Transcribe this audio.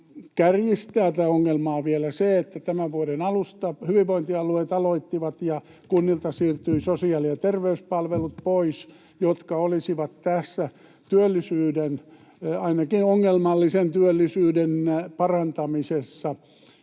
kärjistää vielä se, että tämän vuoden alusta hyvinvointialueet aloittivat ja kunnilta siirtyivät sosiaali- ja terveyspalvelut pois, jotka olisivat tässä työllisyyden — ainakin ongelmallisen työllisyyden — parantamisessa